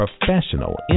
professional